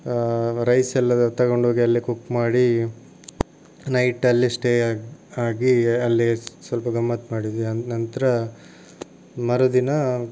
rice ಎಲ್ಲ ತಗೊಂಡೋಗಿ ಅಲ್ಲಿ ಕುಕ್ ಮಾಡಿ ನೈಟ್ ಅಲ್ಲಿ ಸ್ಟೇ ಆಗಿ ಅಲ್ಲಿ ಸ್ವಲ್ಪ ಗಮ್ಮತ್ತು ಮಾಡಿದ್ವಿ ನಂತರ ಮರುದಿನ